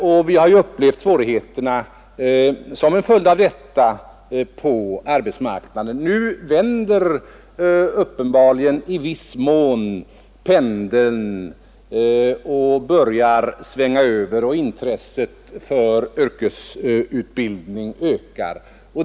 Och vi har som en följd av detta upplevt svårigheter på arbetsmarknaden. Nu vänder uppenbarligen i viss mån pendeln och börjar svänga över, och intresset för yrkesutbildning ökar.